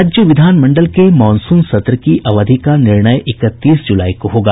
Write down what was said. राज्य विधानमंडल के मॉनसून सत्र की अवधि का निर्णय इकतीस जुलाई को होगा